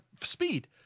speed